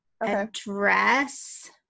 address